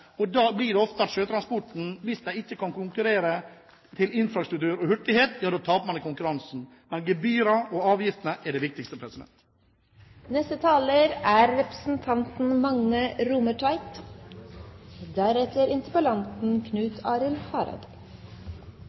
Da blir det ofte slik at sjøtransporten – hvis de ikke kan konkurrere på infrastruktur og hurtighet – taper i konkurransen. Men gebyrene og avgiftene er det viktigste. Eg trur ikkje representanten